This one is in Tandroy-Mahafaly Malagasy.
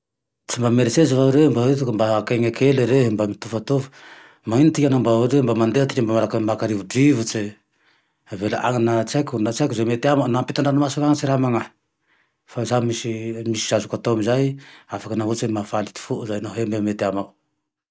Tsy mba mieretseretse va re hoe tokony mba haka aina kely rehe mba mitofatofa, manino tikany naho mba ohatsy mba mandeha tikany mba miaraky maka rivodrivotse, avy eo avelany agne na tsy haiko, na tsy haiko ze mety amao na ampitan-dranomasina agne tsy raha manahy, fa zaho misy, misy azoko atao amezay afaky ohatse hoe mahafaly ty foo na hoe mete amao